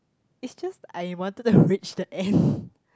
it's just I wanted to reach the end